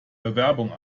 bewerbung